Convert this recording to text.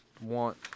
want